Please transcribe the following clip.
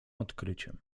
odkryciem